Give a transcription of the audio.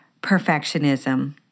perfectionism